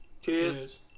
Cheers